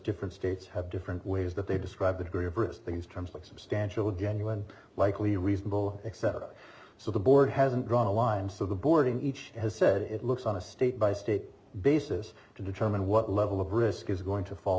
different states have different ways that they describe the degree of risk these terms like substantial genuine likely reasonable except so the board hasn't drawn a line so the board in each has said it looks on a state by state basis to determine what level of risk is going to fall